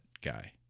guy